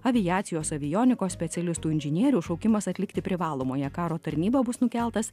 aviacijos avionikos specialistų inžinierių šaukimas atlikti privalomąją karo tarnybą bus nukeltas